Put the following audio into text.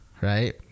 right